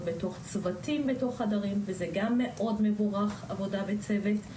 בתוך צוותים בתוך חדרים וזה גם מאוד מבורך עבודה בצוות.